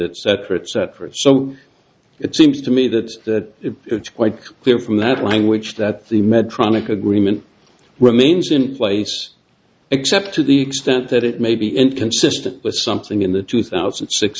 at separate separate so it seems to me that that it's quite clear from that language that the medtronic agreement remains in place except to the extent that it may be inconsistent with something in the two thousand